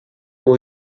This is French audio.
pour